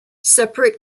separate